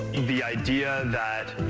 the idea that,